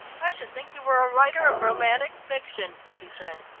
i should think you were a writer of romantic fiction, she said.